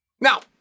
Now